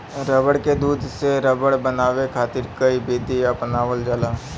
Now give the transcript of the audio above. रबड़ के दूध से रबड़ बनावे खातिर कई विधि अपनावल जाला